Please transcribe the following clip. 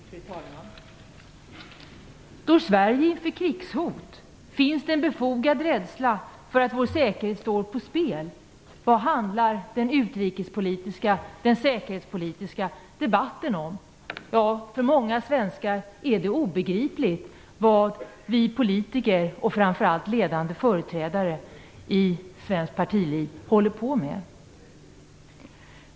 Fru talman! Står Sverige inför krigshot? Finns det en befogad rädsla för att vår säkerhet står på spel? Vad handlar den utrikespolitiska och säkerhetspolitiska debatten om? Ja, för många svenskar är det obegripligt vad vi politiker, framför allt ledande företrädare i svenskt partiliv, håller på med.